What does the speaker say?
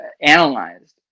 analyzed